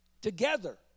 Together